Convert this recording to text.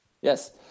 Yes